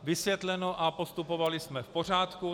Vysvětleno a postupovali jsme v pořádku.